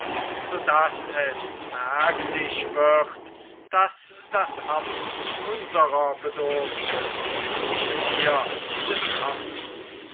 daß es merklich wird daß das amt unsrer bedurfte nicht wir des amtes